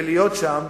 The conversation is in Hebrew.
ולהיות שם,